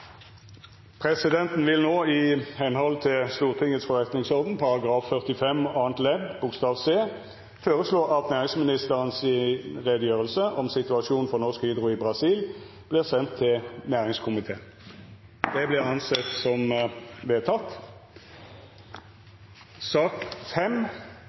Presidenten vil i samsvar med Stortingets forretningsorden § 45 andre ledd bokstav c føreslå at næringsministeren si utgreiing om situasjonen for Norsk Hydro i Brasil vert send næringskomiteen. – Det